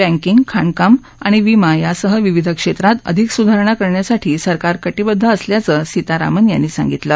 banking खाणकाम आणि विमा यासह विविध क्षेत्रात अधिक सुधारणा करण्यासाठी सरकार कटिबदध असल्याचं सीतारामन यांनी सांगितलं